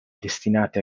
destinate